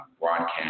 broadcast